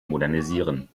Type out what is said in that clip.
modernisieren